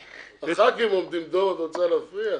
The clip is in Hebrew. הח"כים עומדים דום, את רוצה להפריע?